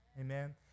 Amen